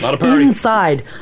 inside